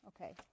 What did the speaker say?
Okay